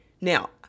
Now